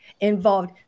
involved